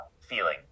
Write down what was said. feeling